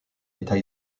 état